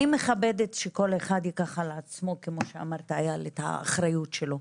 אני מכבדת שכל אחד ייקח על עצמו את האחריות שלו,